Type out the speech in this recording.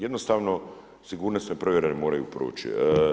Jednostavno sigurnosne provjere oni moraju proći.